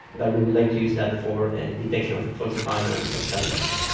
but we would like to use that for detection of falsified and substandards.